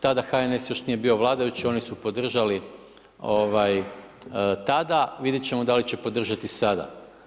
Tada HNS još nije bio vladajući oni su podržali tada, vidjet ćemo da li će podržati sada.